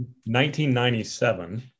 1997